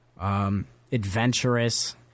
adventurous